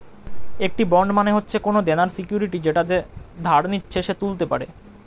একটি বন্ড মানে হচ্ছে কোনো দেনার সিকিউরিটি যেটা যে ধার নিচ্ছে সে তুলতে পারে